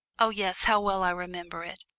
oh yes, how well i remembered it,